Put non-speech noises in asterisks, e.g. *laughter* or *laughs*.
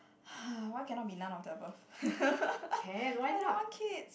*noise* why cannot be none of the above *laughs* I don't want kids